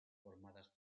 formadas